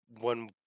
one